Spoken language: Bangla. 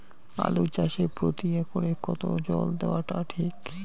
আলু চাষে প্রতি একরে কতো জল দেওয়া টা ঠিক?